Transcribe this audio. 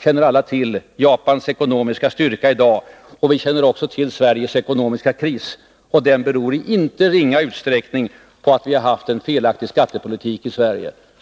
känner alla till Japans ekonomiska styrka i dag. Vi känner också till Sveriges ekonomiska kris. Den beror inte i ringa utsträckning på att vi har haft en felaktig skattepolitik i Sverige.